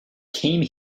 came